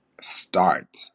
start